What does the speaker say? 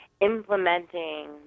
implementing